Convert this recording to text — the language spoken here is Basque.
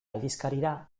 aldizkarira